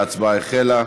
ההצבעה החלה.